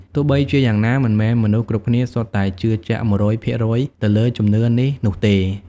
ទោះបីជាយ៉ាងណា មិនមែនមនុស្សគ្រប់គ្នាសុទ្ធតែជឿជាក់ ១០០ភាគរយទៅលើជំនឿនេះនោះទេ។